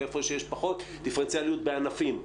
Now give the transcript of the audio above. ואיפה שיש פחות דיפרנציאליות בענפים.